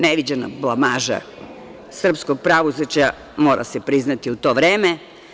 Neviđena blamaža srpskog pravosuđa, mora se priznati, u to vreme.